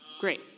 Great